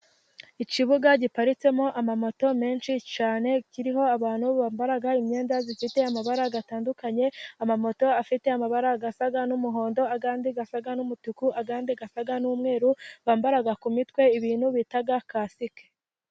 Ikibuga giparitsemo amamoto menshi cyane kiriho abantu bambaraga imyenda ifite amabara gatandukanye, amamoto afite amabara asa n'umuhondo, ayandi asa n'umutuku, ayandi asa n'umweru bambaraga ku mitwe, ibintu bitaga kasike.